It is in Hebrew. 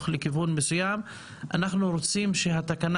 אנחנו מאוד שמחים שסוף סוף יש לנו סכום